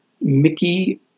Mickey